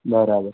બરાબર